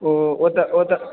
ओ ओ तऽ ओ तऽ